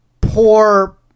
poor